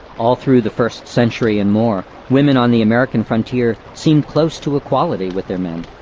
all through the first century and more, women on the american frontier seemed close to equality with their men.